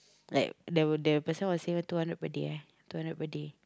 like the that person was saying two hundred per day eh two hundred per day